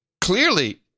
clearly